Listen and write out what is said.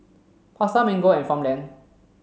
Pasar Mango and Farmland